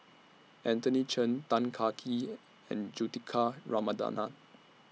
Anthony Chen Tan Kah Kee and Juthika Ramanathan